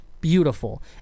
beautiful